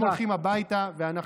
הם הולכים הביתה, ואנחנו נתקן.